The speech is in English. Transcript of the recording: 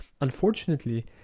Unfortunately